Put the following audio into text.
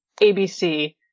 ABC